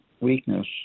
weakness